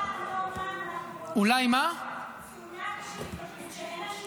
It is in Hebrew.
--- צונאמי של התייקרות שאין עליה שליטה.